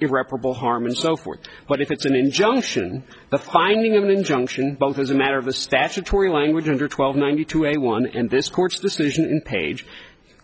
irreparable harm and so forth but if it's an injunction the finding of an injunction both as a matter of a statutory language under twelve ninety two a one and this court's decision in page